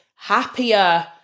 happier